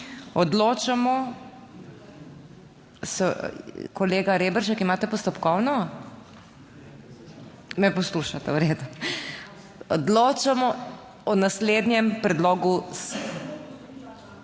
Odločamo o naslednjem predlogu